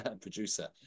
producer